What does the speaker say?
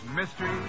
mystery